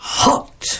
hot